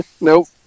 Nope